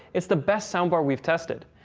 it's the best soundbar we've tested.